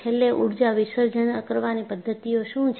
છેલ્લે ઊર્જા વિસર્જન કરવાની પદ્ધતિઓ શું છે